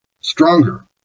stronger